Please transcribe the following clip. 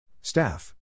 Staff